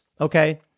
okay